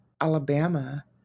Alabama